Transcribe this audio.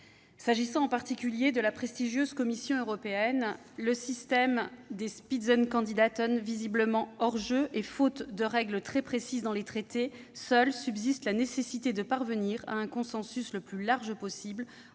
S'agissant en particulier de la prestigieuse Commission européenne, le système des étant visiblement hors-jeu, et faute de règles très précises dans les traités, seule subsiste la nécessité de parvenir à un consensus le plus large possible